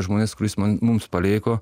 žmonės kuris man mums paliko